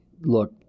look